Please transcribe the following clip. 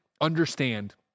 understand